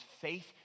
faith